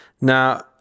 Now